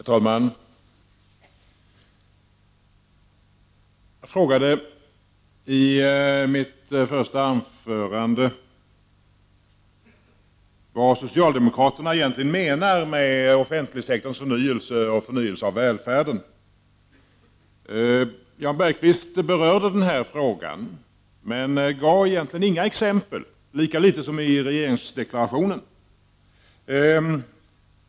Herr talman! Jag frågade i mitt första anförande vad socialdemokraterna egentligen menar med offentligsektorns förnyelse och förnyelse av välfärden. Jan Bergqvist berörde den frågan men gav egentligen inga exempel, lika litet som i regeringsdeklarationen.